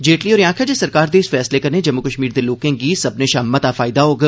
जेटली होरें आखेआ जे सरकार दे इस फैसले कन्नै जम्मू कश्मीर दे लोकें गी सब्मनें शा मता फायदा होग